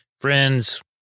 friends